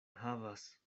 havas